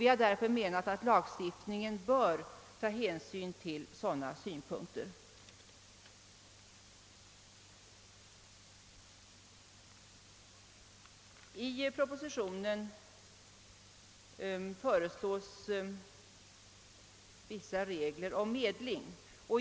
Vi anser att lagstiftningen bör ta hänsyn till sådana synpunkter. I propositionen föreslås vissa regler om medling.